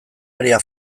aria